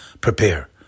Prepare